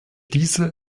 diese